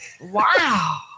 wow